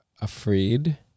afraid